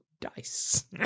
dice